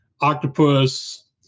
octopus